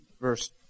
verse